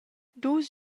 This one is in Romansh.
dus